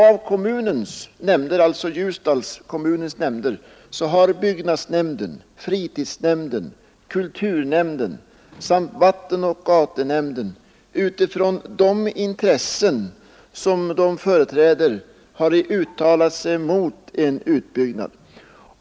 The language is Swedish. Av Ljusdalskommunens nämnder har byggnadsnämnden, fritidsnämnden, kulturnämnden samt vattenoch gatunämnden utifrån de intressen som de företräder uttalat sig mot en utbyggnad.